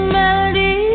melody